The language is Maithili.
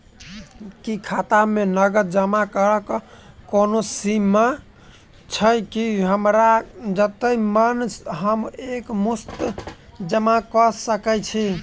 की खाता मे नगद जमा करऽ कऽ कोनो सीमा छई, की हमरा जत्ते मन हम एक मुस्त जमा कऽ सकय छी?